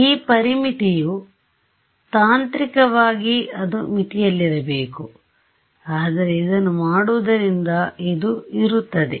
ಈ ಪರಿಮಿತಿಯು ತಾಂತ್ರಿಕವಾಗಿ ಅದು ಮಿತಿಯಲ್ಲಿರಬೇಕು ಆದರೆ ಇದನ್ನು ಮಾಡುವುದರಿಂದ ಇದು ಇರುತ್ತದೆ